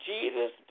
Jesus